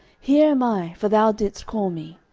here am i for thou didst call me.